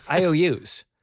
IOUs